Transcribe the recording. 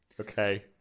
Okay